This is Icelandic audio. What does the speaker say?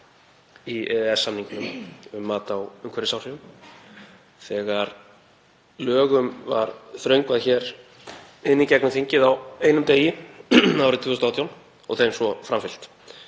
í EES-samningnum um mat á umhverfisáhrifum þegar lögum var þröngvað hér í gegnum þingið á einum degi árið 2018 og þeim svo framfylgt,